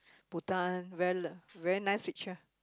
Bhutan ver~ very nice picture